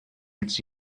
its